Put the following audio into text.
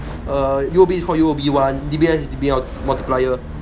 uh U_O_B is called U_O_B one D_B_S is D_B_S multiplier